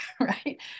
right